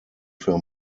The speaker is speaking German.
für